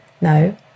no